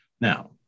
Now